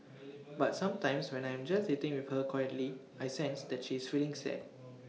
but sometimes when I am just sitting with her quietly I sense that she is feeling sad